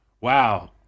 wow